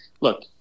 look